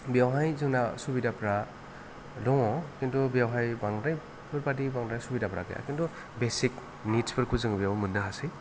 बेवहाय जोंना सुबिदाफ्रा दङ खिन्थु बेवहाय बांद्राय बेफोरबायदि बांद्राय सुबिदाफोरा गैया खिन्थु बेसिक नीड्सफोरखौ जोङो बेयाव मोन्नो हासै